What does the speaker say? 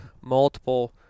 multiple